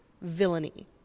villainy